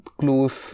clues